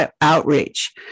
outreach